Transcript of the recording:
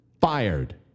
fired